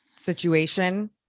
situation